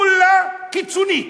כולה קיצונית.